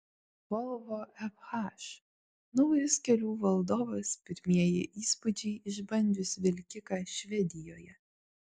volvo fh naujas kelių valdovas pirmieji įspūdžiai išbandžius vilkiką švedijoje